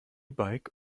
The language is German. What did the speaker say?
bike